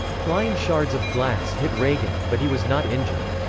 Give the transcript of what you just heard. flying shards of glass hit reagan, but he was not injured.